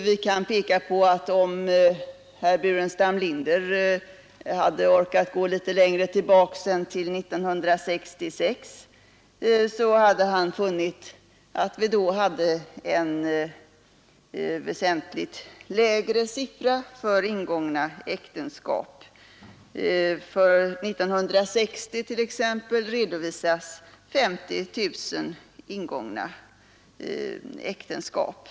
Om herr Burenstam Linder hade orkat gå litet längre tillbaka än till 1966, så hade han funnit att vi då hade en avsevärt lägre siffra för ingångna äktenskap. 1960 redovisas t.ex. 50 000 ingångna äktenskap.